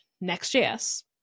Next.js